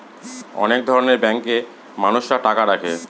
অনেক ধরনের ব্যাঙ্কে মানুষরা টাকা রাখে